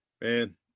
Man